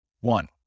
One